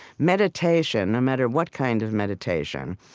meditation, no matter what kind of meditation,